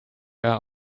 are